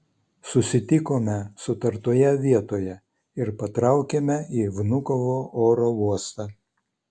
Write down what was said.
susitikome sutartoje vietoje ir patraukėme į vnukovo oro uostą